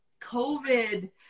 COVID